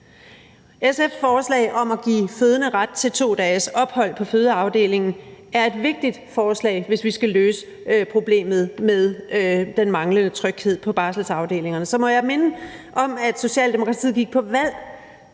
SF's forslag om at give fødende ret til 2 dages ophold på fødeafdelingen er et vigtigt forslag, hvis vi skal løse problemet med den manglende tryghed på barselsafdelingerne. Så må jeg minde om, at Socialdemokratiet gik til valg